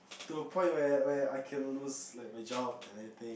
to a point where where I cannot lose my job and everything